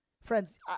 Friends